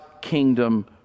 kingdom